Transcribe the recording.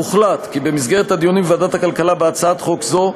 הוחלט כי במסגרת הדיונים בוועדת הכלכלה בהצעת חוק זו,